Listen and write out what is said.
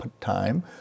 time